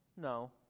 no